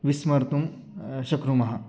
विस्मर्तुं शक्नुमः